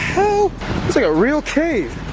like a real cave.